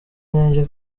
intege